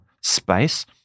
space